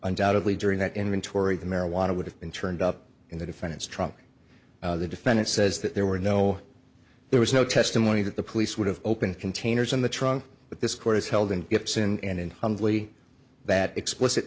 undoubtedly during that inventory the marijuana would have been turned up in the defendant's trunk the defendant says that there were no there was no testimony that the police would have opened containers in the trunk but this court is held in gibson and humbly that explicit